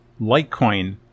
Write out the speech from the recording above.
Litecoin